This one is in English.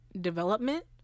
development